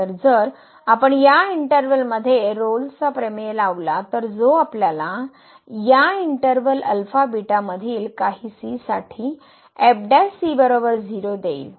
तर जर आपण या इंटर्वल मध्ये रोल्सचा प्रमेय लावला तर जो आपल्याला या इंटर्वल α β मधील काही c साठी fc 0 देईल